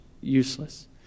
useless